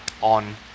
on